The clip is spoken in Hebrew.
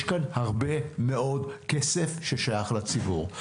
יש כאן הרבה מאוד כסף ששייך לציבור,